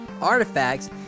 artifacts